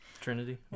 trinity